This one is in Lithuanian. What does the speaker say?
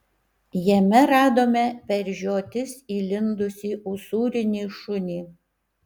jame radome per žiotis įlindusį usūrinį šunį